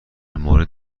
مورد